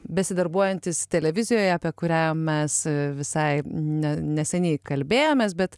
besidarbuojantis televizijoje apie kurią mes visai ne neseniai kalbėjomės bet